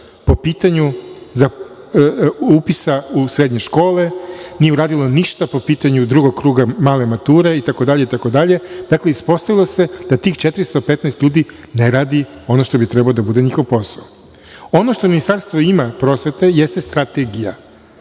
po pitanju upisa u srednje škole. Nije uradilo ništa po pitanju drugog kruga male mature itd. Dakle, ispostavilo se da tih 415 ljudi ne radi ono što bi trebalo da bude njihov posao. Ono što Ministarstvo prosvete ima jeste Strategija